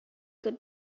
could